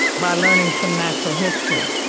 by learning some natural history.